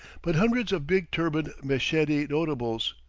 but hundreds of big-turbaned meshedi notables,